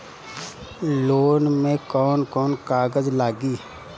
Loan में कौन कौन कागज लागी?